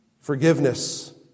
forgiveness